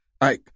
I-